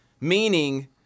meaning